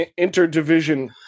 interdivision